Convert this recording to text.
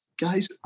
guys